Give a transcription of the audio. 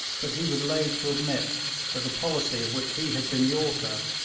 but he was loth to admit that the policy of which he had been the author,